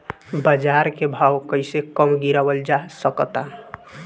बाज़ार के भाव कैसे कम गीरावल जा सकता?